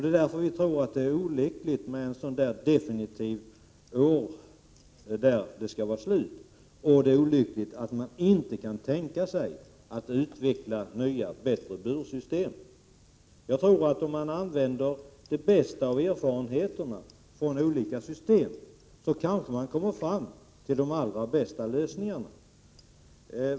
Det vore enligt oss reservanter därför olyckligt med en sådan definitiv tidsgräns. Det vore också olyckligt om man av den orsaken inte skulle kunna tänka sig att utveckla nya ven bättre bursystem. Om man använder de bästa erfarenheterna från olika system, kan man kanske komma fram till de allra bästa lösningarna.